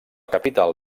capital